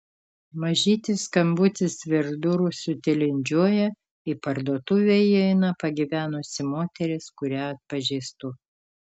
mažytis skambutis virš durų sutilindžiuoja į parduotuvę įeina pagyvenusi moteris kurią atpažįstu